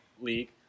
league